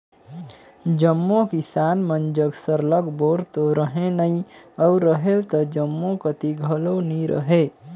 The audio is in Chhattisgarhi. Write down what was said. जम्मो किसान मन जग सरलग बोर तो रहें नई अउ रहेल त जम्मो कती घलो नी रहे